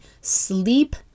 sleep